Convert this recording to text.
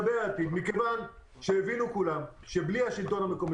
מכיוון שכולם הבינו שבלי השלטון המקומי